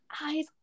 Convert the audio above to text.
eyes